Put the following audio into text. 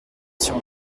sur